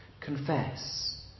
Confess